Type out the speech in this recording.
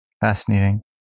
Fascinating